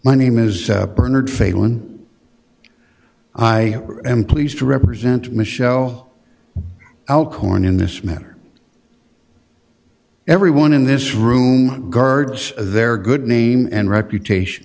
my name is bernard failon i am pleased to represent michelle elkhorn in this matter everyone in this room guards their good name and reputation